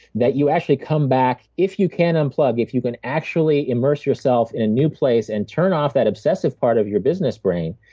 that you actually come back if you can unplug, if you can actually immerse yourself in a new place and turn off that obsessive part of your business brain,